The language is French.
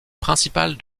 principale